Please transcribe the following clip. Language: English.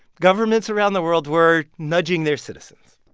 governments around the world were nudging their citizens.